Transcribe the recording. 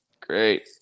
Great